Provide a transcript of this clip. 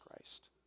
Christ